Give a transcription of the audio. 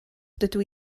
dydw